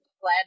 glad